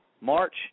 March